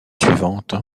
suivante